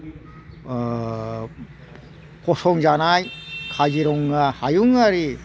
फसंजानाय काजिरङा हायुङारि